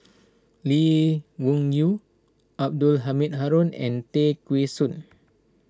Lee Wung Yew Abdul Halim Haron and Tay Kheng Soon